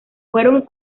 fueron